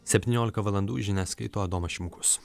septyniolika valandų žinias skaito adomas šimkus